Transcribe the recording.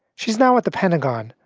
she's now at the pentagon,